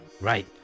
Right